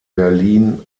berlin